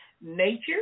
nature